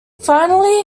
finally